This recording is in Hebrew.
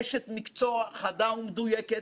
הרבה מעבר להחלטות אותן קיבלתי